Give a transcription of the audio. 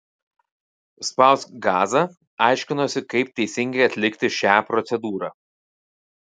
spausk gazą aiškinosi kaip teisingai atlikti šią procedūrą